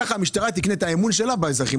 ככה המשטרה תקנה את האמון שלה אצל האזרחים.